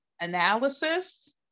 analysis